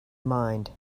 mind